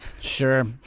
Sure